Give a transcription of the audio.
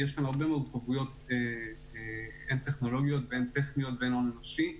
יש כאן הרבה מאוד --- הן טכנולוגיות והן טכניות והן הון אנושי,